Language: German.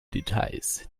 details